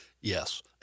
Yes